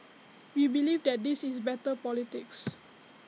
we believe that this is better politics